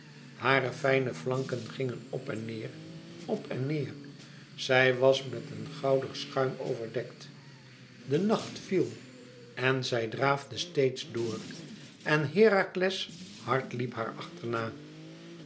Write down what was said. hare fijne flanken gingen op en neêr op en neêr zij was met een goudig schuim overdekt de nacht viel en zij draafde steeds door en herakles hard liep haar achterna